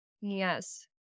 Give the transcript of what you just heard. Yes